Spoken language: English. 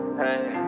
hey